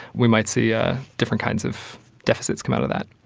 we might see ah different kinds of deficits come out of that.